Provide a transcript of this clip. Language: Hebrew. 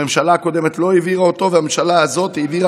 הממשלה הקודמת לא העבירה אותו והממשלה הזאת העבירה,